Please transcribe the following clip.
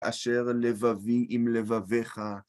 אשר לבבי עם לבביך.